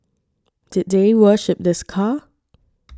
did they worship this car